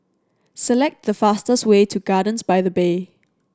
select the fastest way to Gardens by the Bay